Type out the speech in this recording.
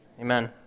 Amen